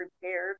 prepared